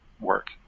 work